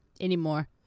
anymore